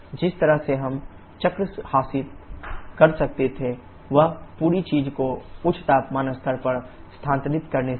जिस तरह से हम चक्र हासिल कर सकते थे वह पूरी चीज को उच्च तापमान स्तर पर स्थानांतरित करने से है